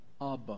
Abba